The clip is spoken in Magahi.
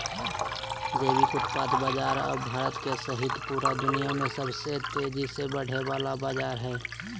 जैविक उत्पाद बाजार अब भारत सहित पूरा दुनिया में सबसे तेजी से बढ़े वला बाजार हइ